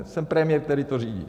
Jsem premiér, který to řídí.